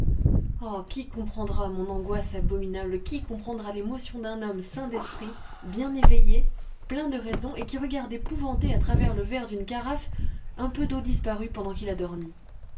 ah qui comprendra mon angoisse abominable qui comprendra l'émotion d'un homme sain d'esprit bien éveillé plein de raison et qui regarde épouvanté à travers le verre d'une carafe un peu d'eau disparue pendant qu'il a dormi